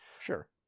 Sure